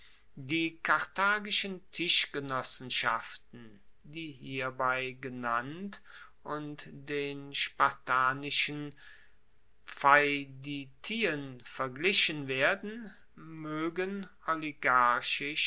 die karthagischen tischgenossenschaften die hierbei genannt und den spartanischen pheiditien verglichen werden moegen